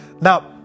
Now